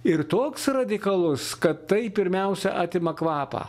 ir toks radikalus kad tai pirmiausia atima kvapą